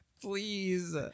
Please